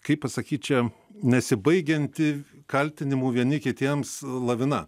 kaip pasakyt čia nesibaigianti kaltinimų vieni kitiems lavina